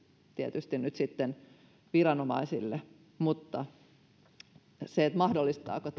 tietysti sitten viranomaisille mutta mahdollistaako